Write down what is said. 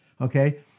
okay